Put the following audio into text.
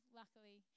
luckily